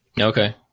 okay